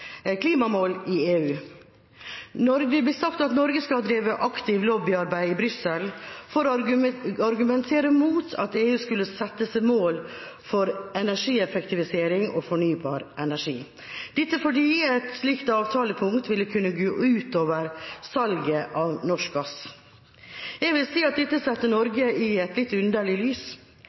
klimamål i EU. Når det blir sagt at Norge skal ha drevet aktivt lobbyarbeid i Brussel for å argumentere mot at EU skulle sette seg mål for energieffektivisering og fornybar energi, er det fordi et slikt avtalepunkt ville kunne gå ut over salget av norsk gass. Jeg vil si at dette setter Norge i et litt underlig lys.